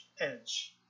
edge